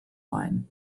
line